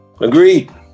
Agreed